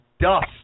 Dust